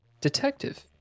Detective